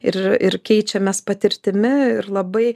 ir ir keičiamės patirtimi ir labai